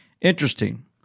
Interesting